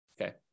Okay